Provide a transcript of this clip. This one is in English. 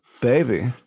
Baby